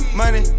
money